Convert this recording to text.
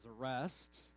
arrest